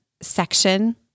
section